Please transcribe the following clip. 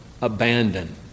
abandon